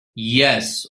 yes